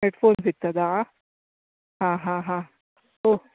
head phone ಸಿಗ್ತದಾ ಹಾಂ ಹಾಂ ಹಾಂ ಹೋ